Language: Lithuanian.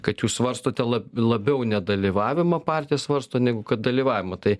kad jūs svarstote la labiau nedalyvavimą partija svarsto negu kad dalyvavimą tai